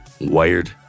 wired